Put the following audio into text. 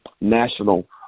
national